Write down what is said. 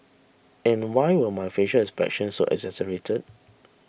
and why were my facial expressions so exaggerated